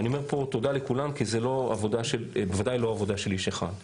ואני אומר פה תודה לכולם כי זאת בוודאי לא עבודה של איש אחד.